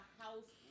house